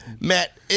Matt